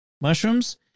mushrooms